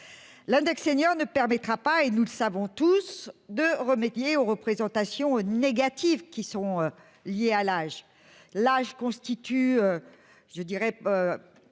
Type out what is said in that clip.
L'index senior ne permettra pas et nous le savons tous de remédier aux représentations négatives qui sont liées à l'âge, l'âge constitue. Je dirais.